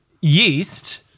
Yeast